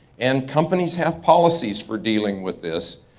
and companies have policies for dealing with this.